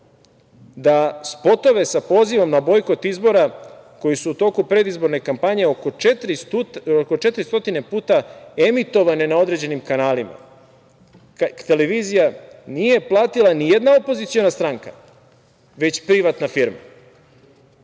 da spotove sa pozivom na bojkot izbora, koji su u toku predizborne kampanje oko 400 puta emitovane na određenim kanalima. Televizija nije platila ni jedan opoziciona stranka, već privatna firma.